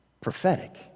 prophetic